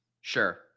sure